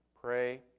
Pray